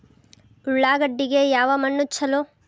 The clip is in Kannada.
ಉಳ್ಳಾಗಡ್ಡಿಗೆ ಯಾವ ಮಣ್ಣು ಛಲೋ?